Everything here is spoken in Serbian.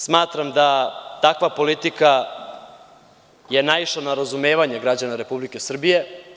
Smatram da je takva politika naišla na razumevanje građana Republike Srbije.